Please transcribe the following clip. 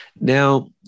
Now